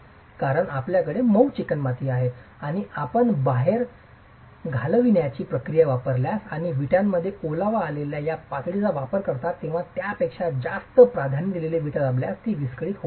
कारण आपल्याकडे मऊ चिकणमाती आहे आणि आपण बाहेर घालविण्याची प्रक्रिया वापरल्यास आणि विटामध्ये ओलावा असलेल्या या पातळीचा वापर करता तेव्हा त्यापेक्षा जास्त प्राधान्य दिलेली विटा दाबल्यास ती विस्कळीत होऊ शकते